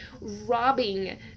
robbing